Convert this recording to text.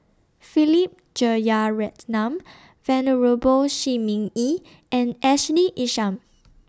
Philip Jeyaretnam Venerable Shi Ming Yi and Ashley Isham